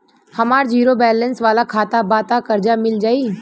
हमार zero balance वाला खाता बा त कर्जा मिल जायी?